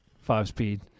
five-speed